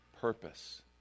purpose